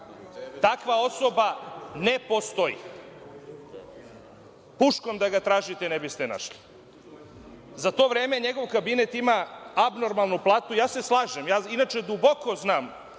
Takva osoba ne postoji. Puškom da je tražite, ne biste je našli. Za to vreme njegov kabinet ima abnormalnu platu. Inače, ja se slažem i duboko znam